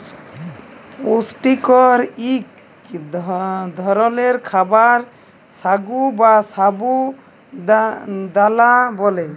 পুষ্টিকর ইক ধরলের খাবার সাগু বা সাবু দালা ব্যালে